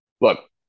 Look